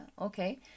Okay